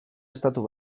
estatu